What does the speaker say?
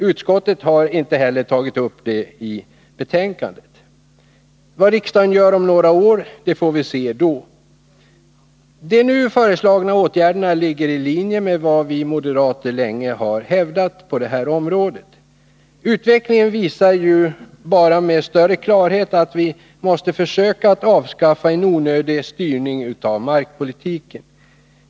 Utskottet har inte heller tagit upp det i betänkandet. Vad riksdagen gör om några år, det får vi se då. De nu föreslagna åtgärderna ligger i linje med vad vi moderater länge har hävdat. Utvecklingen visar ju bara med större klarhet att vi måste försöka avskaffa en onödig styrning av markpolitiken.